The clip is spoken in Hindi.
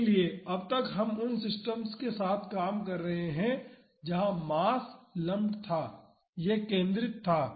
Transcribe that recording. इसलिए अब तक हम उन सिस्टम्स के साथ काम कर रहे हैं जहां मास लम्प्ड था यह केंद्रित था